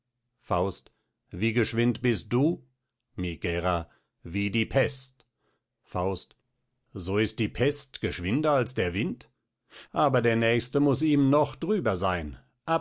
faust wie geschwind bist du megära wie die pest faust so ist die pest geschwinder als der wind aber der nächste muß ihm noch drüber sein